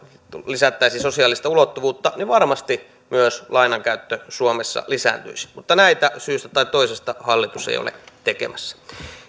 lisättäisiin sosiaalista ulottuvuutta niin varmasti myös lainankäyttö suomessa lisääntyisi mutta näitä syystä tai toisesta hallitus ei ole tekemässä